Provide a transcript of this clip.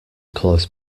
close